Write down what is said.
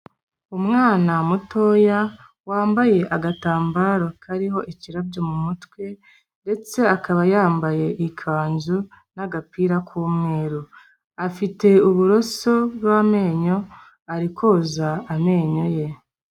Umwana mutoya, wambaye agatambaro kariho ikirabyo mu mutwe ndetse akaba yambaye ikanzu n'agapira k'umweru. Afite uburoso bw'amenyo, ari koza amenyo ye.